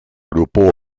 grupo